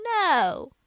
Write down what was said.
No